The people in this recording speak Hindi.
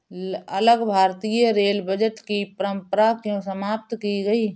अलग भारतीय रेल बजट की परंपरा क्यों समाप्त की गई?